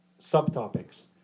subtopics